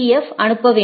F அனுப்ப வேண்டும்